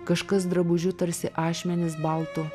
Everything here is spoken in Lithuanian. kažkas drabužiu tarsi ašmenys baltu